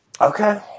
Okay